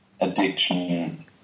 addiction